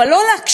אבל לא להקשיב?